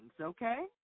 okay